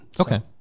Okay